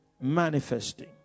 manifesting